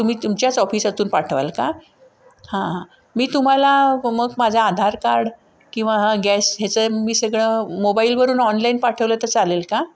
तुम्ही तुमच्याच ऑफिसातून पाठवाल का हां हां मी तुम्हाला मग माझा आधार कार्ड किंवा हा गॅस ह्याचं मी सगळं मोबाईलवरून ऑनलाईन पाठवलं तर चालेल का